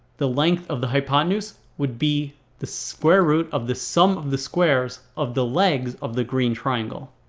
the length of the hypotenuse would be the square root of the sum of the squares of the legs of the green triangle.